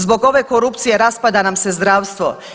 Zbog ove korupcije raspada nam se zdravstvo.